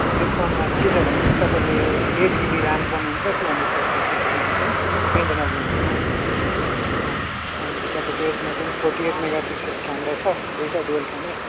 डिस्कउन्टमा के छ भने नि तपाईँले एट जिबी ऱ्याम फोन हुन्छ two hundred fifty six GB चाहिँ इन्टर्नल मेमोरी पाउनुहुन्छ हजुर अन्त तपाईँको यसमा चाहिँ forty eight megapixel camera छ दुईवटा डुएल क्यामेरा